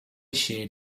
shared